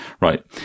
Right